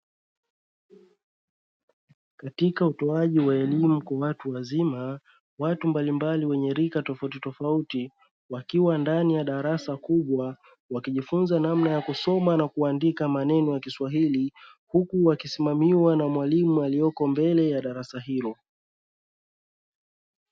Katika utoaji wa elimu kwa watu wazima watu mbalimbali wenye rika tofautitofauti wakiwa ndani ya darasa kubwa wakijifunza namna ya kusoma na kuandika maneno ya kiswahili, huku wakisimamiwa na mwalimu aliyeko mbele ya darasa hilo.